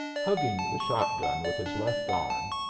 hugging the shotgun with his left arm,